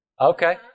Okay